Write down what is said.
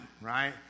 right